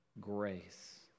grace